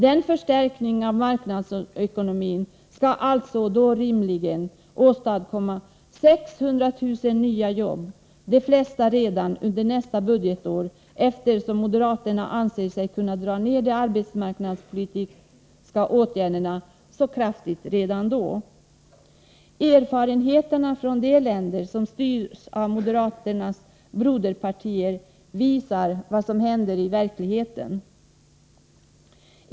Denna förstärkning av marknadsekonomin skulle alltså rimligen åstadkomma 600 000 nya jobb — de flesta redan under nästa budgetår, eftersom moderaterna anser sig kunna dra ned de arbetsmarknadspolitiska åtgärderna så kraftigt redan då. Erfarenheterna från de länder som styrs av moderaternas broderpartier visar vad som händer i verkligheten.